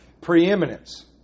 preeminence